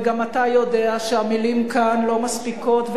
וגם אתה יודע שמלים כאן לא מספיקות,